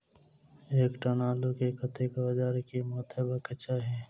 एक टन आलु केँ कतेक बजार कीमत हेबाक चाहि?